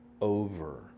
over